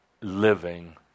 living